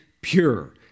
pure